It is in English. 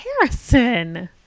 Harrison